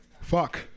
Fuck